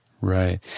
Right